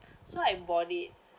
so I bought it